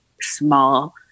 small